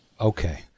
Okay